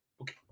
Okay